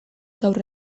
gaur